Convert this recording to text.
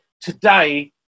today